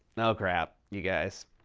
oh, crap, you guys.